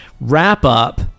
wrap-up